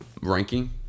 ranking